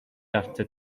after